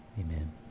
Amen